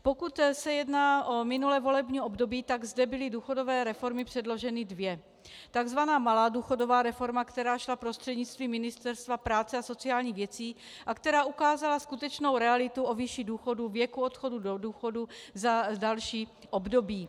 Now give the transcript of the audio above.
Pokud se jedná o minulé volební období, tak zde byly důchodové reformy předloženy dvě tzv. malá důchodová reforma, která šla prostřednictvím Ministerstva práce a sociálních věcí a která ukázala skutečnou realitu o výši důchodů, věku odchodu do důchodu za další období.